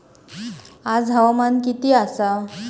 आज हवामान किती आसा?